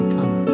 Come